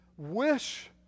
Wish